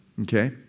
Okay